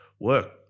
work